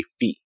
fee